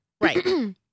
right